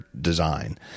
design